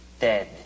dead